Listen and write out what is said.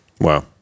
Wow